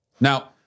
Now